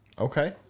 Okay